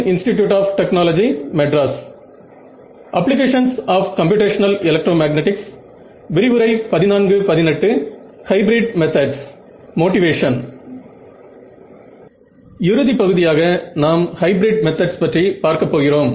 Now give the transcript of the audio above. இறுதி பகுதியாக நாம் ஹைபிரிட் மெத்தட்ஸ் பற்றி பார்க்கப் போகிறோம்